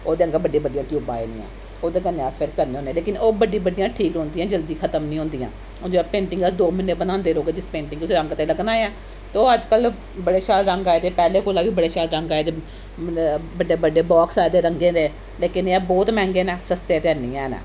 ओह्दे आह्ङर बड्डियां बड्डियां ट्यूबां आई दियां ओह्दे कन्नै अस फिर करने होन्नें लेकन ओह् बड्डियां बड्डियां ठीक रौंह्दियां जल्दी खत्म निं होंदियां ओह् जे पेंटिंग अस दो म्हीने बनांदे रौह्गे जिस पेंटिंग गी उस्सी रंग ते लग्गना गै ऐ तो अजकल्ल बड़े शैल रंग आए दे पैह्लें कोला बी बड़े शैल रंग आए दे मतलब बड्डे बड्डे बाक्स आए दे रंगे दे लेकन एह् ऐ कि ब्हौत मैंह्गे न सस्ते ते हैन्नी हैन